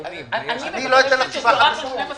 אני מבקשת שזה יוארך ב-12 חודשים.